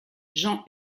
j’en